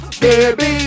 baby